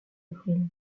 avril